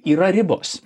yra ribos